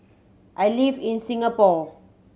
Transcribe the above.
I live in Singapore